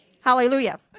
Hallelujah